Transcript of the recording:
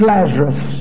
Lazarus